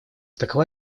такова